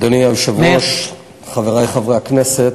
אדוני היושב-ראש, חברי חברי הכנסת,